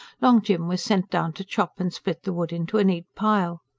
long jim was set down to chop and split the wood into a neat pile.